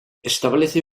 establece